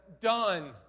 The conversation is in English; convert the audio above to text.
done